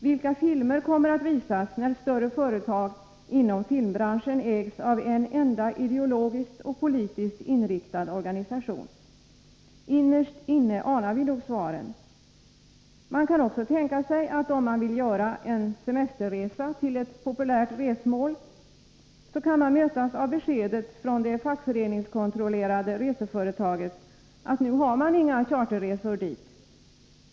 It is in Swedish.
Vilka filmer kommer att visas när större företag inom filmbranschen ägs av en enda ideologiskt och politiskt inriktad organisation? Innerst inne anar vi nog svaren. Man kan också tänka sig, att den som vill göra en semesterresa till ett populärt resmål kan mötas av beskedet från det fackföreningskontrollerade reseföretaget, att nu anordnas inga charterresor dit.